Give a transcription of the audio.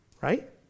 Right